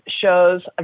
shows